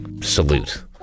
salute